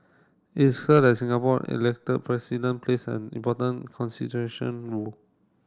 it is that Singapore elected President plays an important consideration rule